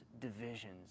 divisions